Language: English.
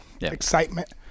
excitement